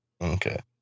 Okay